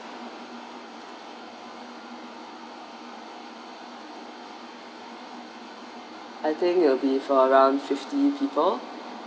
I think it would be for around fifty people